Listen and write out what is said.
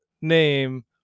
name